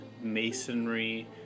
masonry